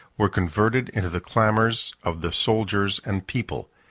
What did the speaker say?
were converted into the clamors of the soldiers and people,